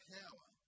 power